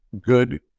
good